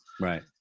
right